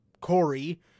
Corey